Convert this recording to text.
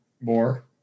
More